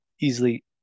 easily